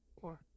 four